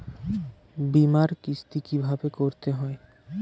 বিমার কিস্তি কিভাবে করতে হয়?